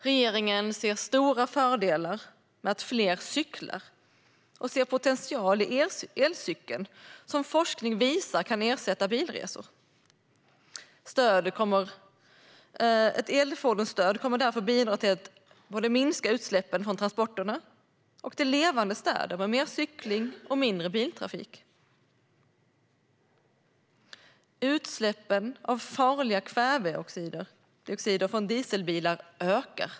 Regeringen ser stora fördelar med att fler cyklar och ser potential i elcykeln, som forskning visar kan ersätta bilresor. Ett elfordonsstöd kommer därför att bidra både till att minska utsläppen från transporterna och till levande städer med mer cykling och mindre biltrafik. Utsläppen av farliga kvävedioxider från dieselbilar ökar.